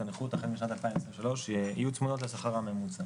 "השכר הממוצע